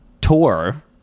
tour